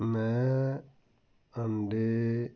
ਮੈਂ ਅੰਡੇ